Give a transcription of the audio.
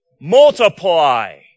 multiply